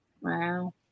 Wow